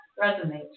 resonate